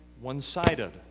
one-sided